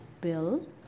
Bill